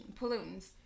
pollutants